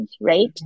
right